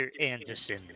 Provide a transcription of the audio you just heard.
Anderson